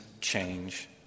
change